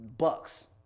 Bucks